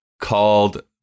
called-